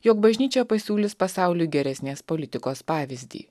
jog bažnyčia pasiūlys pasauliui geresnės politikos pavyzdį